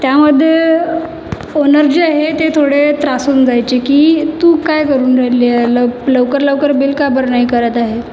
त्यामध्ये ओनर जे आहे ते थोडे त्रासून जायचे की तू काय करून राहिली आहे लब लवकर लवकर बिल का बरं नाही करत आहे